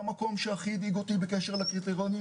והמקום שהכי הדאיג אותי בקשר לקריטריונים